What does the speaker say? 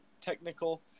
technical